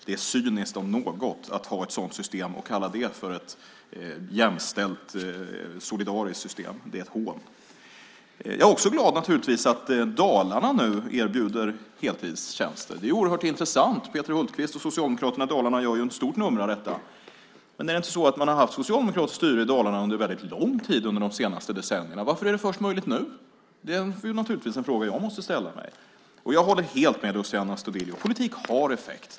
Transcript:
Det är cyniskt om något att ha ett sådant system och kalla det för ett jämställt, solidariskt system. Det är ett hån. Jag är naturligtvis också glad åt att Dalarna nu erbjuder heltidstjänster. Det är oerhört intressant. Peter Hultqvist och Socialdemokraterna i Dalarna gör ett stort nummer av detta. Men är det inte så att man har haft socialdemokratiskt styre i Dalarna under väldigt lång tid de senaste decennierna? Varför är det möjligt först nu? Det är naturligtvis en fråga jag måste ställa mig. Jag håller helt med Luciano Astudillo. Politik har effekt.